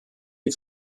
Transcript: die